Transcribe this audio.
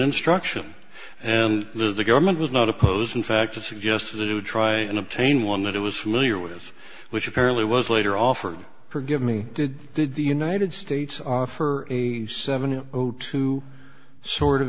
instruction and the government was not opposed in fact to suggest to try and obtain one that it was familiar with which apparently was later offered forgive me did did the united states are for a seventy two sort of